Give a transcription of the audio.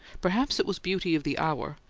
perhaps it was beauty of the hour,